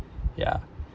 ya